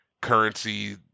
currency